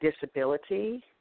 disability